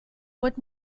what